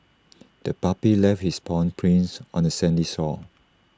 the puppy left its paw prints on the sandy shore